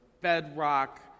bedrock